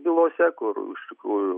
bylose kur iš tikrųjų